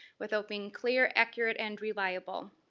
without being clear, accurate and reliable.